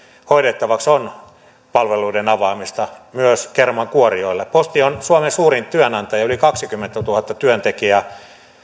hoidettavaksi on palveluiden avaamista myös kermankuorijoille posti on suomen suurin työnantaja yli kaksikymmentätuhatta työntekijää